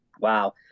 Wow